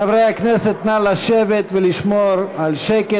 חברי הכנסת, נא לשבת ולשמור על שקט.